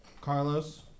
Carlos